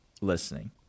listening